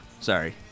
sorry